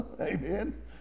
Amen